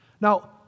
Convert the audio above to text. Now